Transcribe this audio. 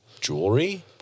jewelry